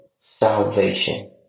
salvation